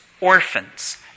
orphans